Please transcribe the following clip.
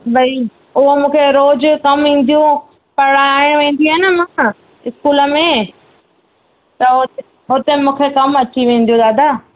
भई उहो मूंखे रोज़ु कमु ईंदियूं पढ़ाइणु वेंदी आहियां न मां स्कूल में त उते उते कमु अची वेंदियूं दादा